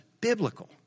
biblical